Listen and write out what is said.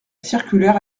circulaire